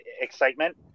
excitement